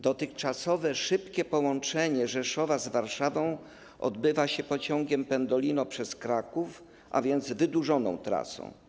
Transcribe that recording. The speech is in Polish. Dotychczasowe szybkie połączenie Rzeszowa z Warszawą odbywa się pociągiem Pendolino przez Kraków, a więc wydłużoną trasą.